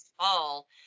fall